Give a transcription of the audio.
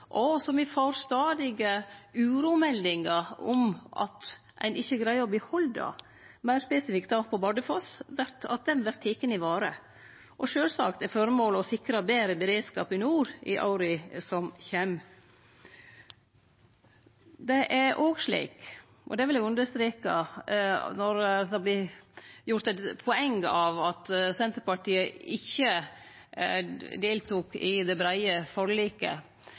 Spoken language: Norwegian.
som me stadig får uromeldingar om at ein ikkje greier å behalde, meir spesifikt då på Bardufoss – vert teken i vare. Og sjølvsagt er føremålet å sikre betre beredskap i nord i åra som kjem. Det er òg slik – og det vil eg understreke når det vert gjort eit poeng av at Senterpartiet ikkje deltok i det breie forliket